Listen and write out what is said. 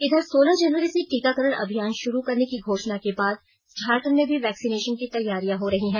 इधर सोलह जनवरी से टीकाकरण अभियान शुरू करने की घोषणा के बाद झारखण्ड में भी वैक्सीनेशन की तैयारियां हो रही है